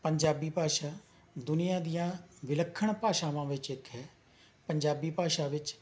ਪੰਜਾਬੀ ਭਾਸ਼ਾ ਦੁਨੀਆ ਦੀਆਂ ਵਿਲੱਖਣ ਭਾਸ਼ਾਵਾਂ ਵਿੱਚ ਇੱਕ ਹੈ ਪੰਜਾਬੀ ਭਾਸ਼ਾ ਵਿੱਚ